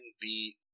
beat